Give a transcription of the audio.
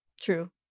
True